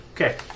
Okay